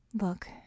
Look